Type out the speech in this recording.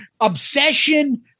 obsession